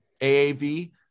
AAV